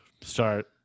Start